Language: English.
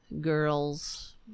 girls